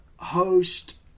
host